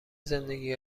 زندگی